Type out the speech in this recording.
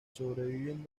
sobreviven